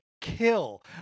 kill